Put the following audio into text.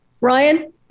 Ryan